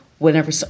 whenever